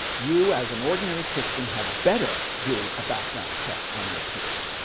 you as an ordinary christian had better do a background check on your priest,